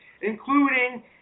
including